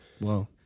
Whoa